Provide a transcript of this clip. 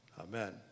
Amen